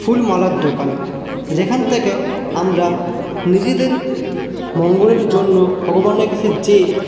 ফুল মালার দোকান যেখান থেকে আমরা নিজেদের মঙ্গলের জন্য ভগবানের কাছে যেয়ে